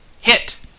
hit